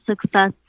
success